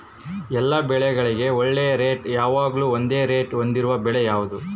ಎಲ್ಲ ಬೆಳೆಗಳಿಗೆ ಒಳ್ಳೆ ರೇಟ್ ಯಾವಾಗ್ಲೂ ಒಂದೇ ರೇಟ್ ಹೊಂದಿರುವ ಬೆಳೆ ಯಾವುದು?